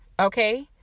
Okay